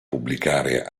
pubblicare